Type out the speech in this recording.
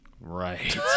Right